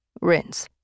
Rinse